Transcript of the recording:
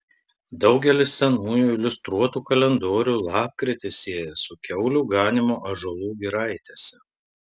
daugelis senųjų iliustruotų kalendorių lapkritį sieja su kiaulių ganymu ąžuolų giraitėse